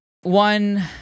One